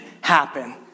happen